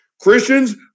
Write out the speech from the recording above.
Christians